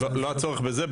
לא הצורך בזה.